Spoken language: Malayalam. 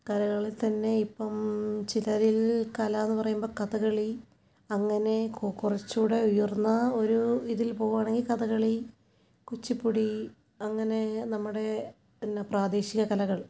കലകളിൽ തന്നെ ഇപ്പം ചിലരിൽ കല എന്ന് പറയുമ്പോൾ കഥകളി അങ്ങനെ കോ കുറച്ചു കൂടി ഉയർന്ന ഒരു ഇതിൽ പോകുകയാണെങ്കിൽ കഥകളി കുച്ചുപ്പുടി അങ്ങനെ നമ്മുടെ പിന്നെ പ്രാദേശിക കലകൾ